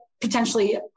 potentially